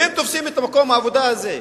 והם תופסים את מקום העבודה הזה.